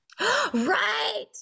Right